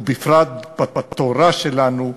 ובפרט בתורה שלנו,